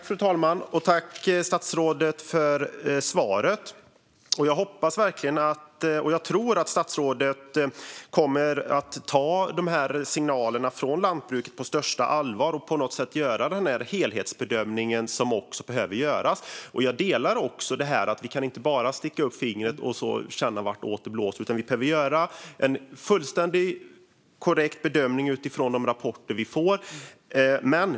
Fru talman! Tack, statsrådet, för svaret! Jag hoppas verkligen och tror att statsrådet kommer att ta signalerna från lantbruket på största allvar och göra den helhetsbedömning som behöver göras. Jag delar också att vi inte bara kan sätta upp ett finger och känna vartåt det blåser, utan vi behöver göra en fullständig och korrekt bedömning utifrån de rapporter vi får.